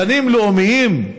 גנים לאומיים?